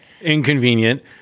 Inconvenient